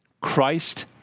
Christ